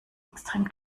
extrem